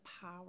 power